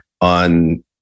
on